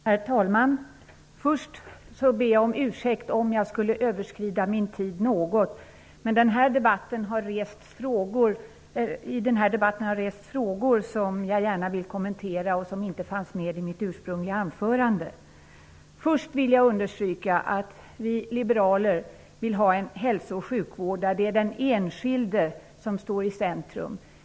Herr talman! Först ber jag om ursäkt, om jag skulle något överskrida min taletid. Det har i denna debatt rests frågor, som jag gärna skulle vilja kommentera men som inte fanns med i mitt ursprungliga anförande. Jag vill understryka att vi liberaler vill ha en hälsooch sjukvård, där den enskilde står i centrum.